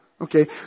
okay